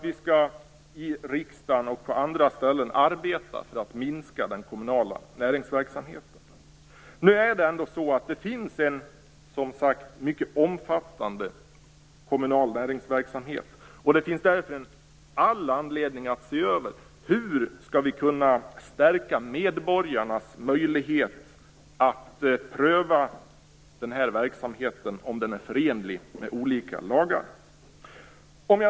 I riksdagen och på andra ställen skall vi arbeta för att minska den kommunala näringsverksamheten. Nu är det ändå så att det finns en mycket omfattande kommunal näringsverksamhet. Därför finns det all anledning att se över hur vi skall kunna stärka medborgarnas möjlighet att pröva om den här verksamheten är förenlig med olika lagar.